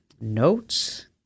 Notes